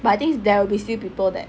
but I think there will be still people that